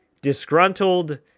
disgruntled